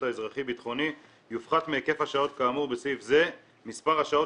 האזרחי-ביטחוני יופחת מהיקף השעות כאמור בסעיף הזה מספר השעות